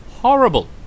horrible